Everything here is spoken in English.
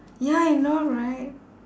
ya I know right